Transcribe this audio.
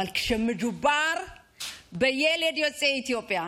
אבל כשמדובר בילד יוצא אתיופיה,